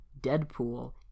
deadpool